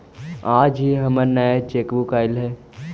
आज ही हमर नया चेकबुक आइल हई